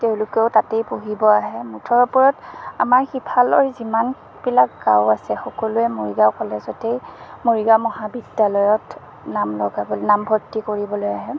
তেওঁলোকেও তাতেই পঢ়িব আহে মুঠৰ ওপৰত আমাৰ সিফালৰ যিমানবিলাক গাঁও আছে সকলোৱে মৰিগাঁও কলেজতেই মৰিগাঁও মহাবিদ্যালয়ত নাম লগাবলৈ নামভৰ্তি কৰিবলৈ আহে